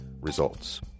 results